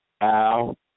Al